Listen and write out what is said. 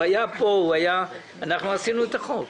הוא היה פה, אנחנו עשינו את החוק.